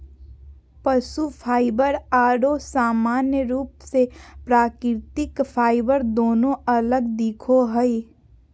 पशु फाइबर आरो सामान्य रूप से प्राकृतिक फाइबर दोनों अलग दिखो हइ